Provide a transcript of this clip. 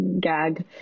gag